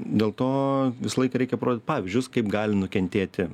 dėl to visą laiką reikia parodyt pavyzdžius kaip gali nukentėti